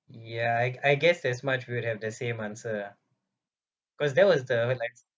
ya I I guess that's much we would have the same answer ah because there was the was like